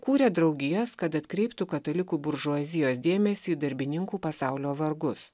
kūrė draugijas kad atkreiptų katalikų buržuazijos dėmesį į darbininkų pasaulio vargus